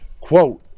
quote